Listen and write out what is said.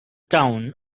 town